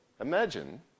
Imagine